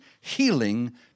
healing